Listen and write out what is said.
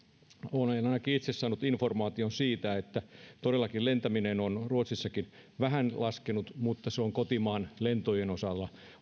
olen ainakin itse saanut informaation siitä että todellakin lentäminen on ruotsissakin vähän laskenut mutta se on sitten kotimaan lentojen osalla